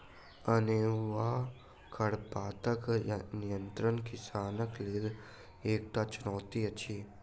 अनेरूआ खरपातक नियंत्रण किसानक लेल एकटा चुनौती अछि